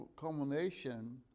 culmination